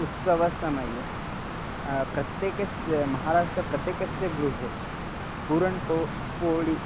उत्सवसमये प्रत्येकस्य महाराष्ट्रे प्रत्येकस्य गृहे पूरण् पो पोळि